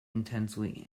intensely